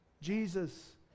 Jesus